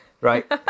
right